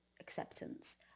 acceptance